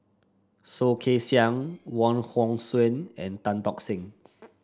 Soh Kay Siang Wong Hong Suen and Tan Tock Seng